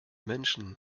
menschen